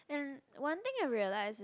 and one thing I realised is